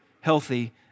healthy